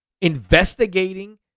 Investigating